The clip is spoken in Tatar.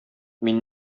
мин